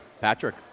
Patrick